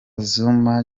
zuma